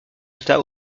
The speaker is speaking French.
résultat